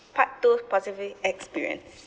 part two positive experience